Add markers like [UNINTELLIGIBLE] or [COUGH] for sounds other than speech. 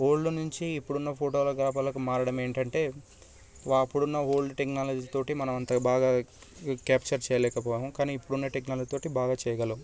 old నుంచి ఇప్పుడున్న ఫోటోలకి [UNINTELLIGIBLE] మారడం ఏంటంటే వా అప్పుడున్న ఓల్డ్ టెక్నాలజీతోటి మనం అంత బాగా క్యాప్చర్ చేయలేకపోయాము కానీ ఇప్పుడున్న టెక్నాలజీతోటి బాగా చేయగలము